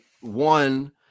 one